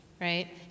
Right